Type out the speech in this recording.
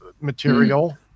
material